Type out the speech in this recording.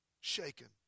shaken